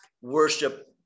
worship